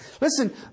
Listen